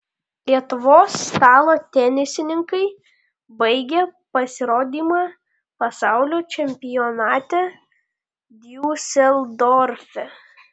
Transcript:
lietuvos stalo tenisininkai baigė pasirodymą pasaulio čempionate diuseldorfe